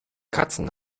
katzen